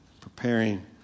preparing